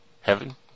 Heaven